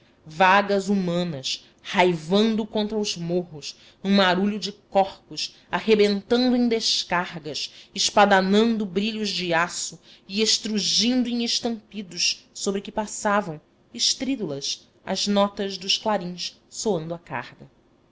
vagas humanas raivando contra os morros num marulho de corpos arrebentando em descargas espadanando brilhos de aço e estrugindo em estampidos sobre que passavam estrídulas as notas dos clarins soando a carga